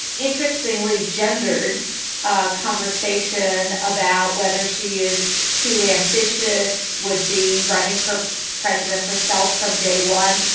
interestingly, gendered ah conversation about whether she is too ambitious would be running for president herself from day one.